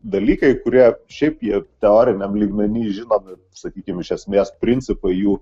dalykai kurie šiaip jie teoriniam lygmeny žinomi sakykim iš esmės principai jų